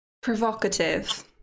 Provocative